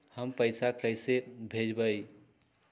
हम पैसा कईसे भेजबई?